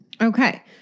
Okay